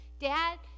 Dad